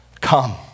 come